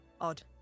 Odd